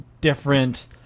different